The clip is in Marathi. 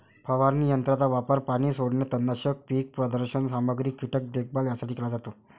फवारणी यंत्राचा वापर पाणी सोडणे, तणनाशक, पीक प्रदर्शन सामग्री, कीटक देखभाल यासाठी केला जातो